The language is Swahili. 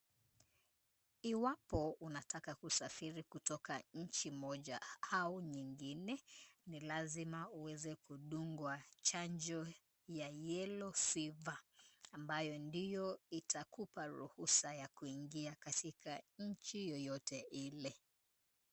Iwapo unataka kusafiri kutoka nchi moja au nyingine ni lazima uweze kudungwa chanjo ya yellow fever ambayo ndiyo itakupa ruhusa ya kuingia katika nchi yoyote ile.